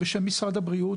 בשם משרד הבריאות,